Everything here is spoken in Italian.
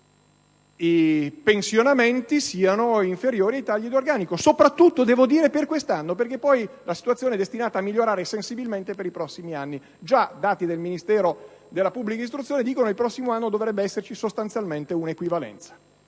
anno i pensionamenti siano inferiori ai tagli di organico, soprattutto per quest'anno, perché poi la situazione è destinata a migliorare sensibilmente nei prossimi anni e i dati del Ministero della pubblica istruzione dicono che già nel prossimo anno dovrebbe esservi sostanzialmente una equivalenza